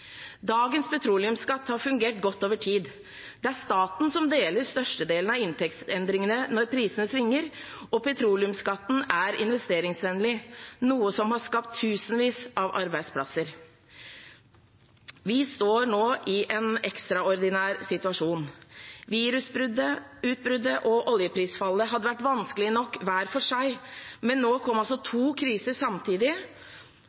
Dagens petroleumsskatt har fungert godt over tid. Det er staten som deler størstedelen av inntektsendringene når prisene svinger, og petroleumsskatten er investeringsvennlig, noe som har skapt tusenvis av arbeidsplasser. Vi står nå i en ekstraordinær situasjon. Virusutbruddet og oljeprisfallet hadde vært vanskelig nok hver for seg, men nå kom altså